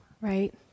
right